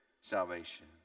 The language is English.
salvation